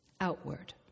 outward